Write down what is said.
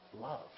love